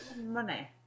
Money